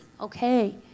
okay